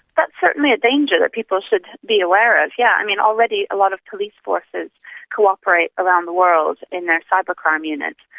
that's certainly a danger that people should be aware of, yeah yes. already a lot of police forces co-operate around the world in their cyber crime units,